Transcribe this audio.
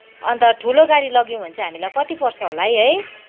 अन्त ठुलो गाडी लग्यौँ भने चाहिँ हामीलाई कति पर्छ होला है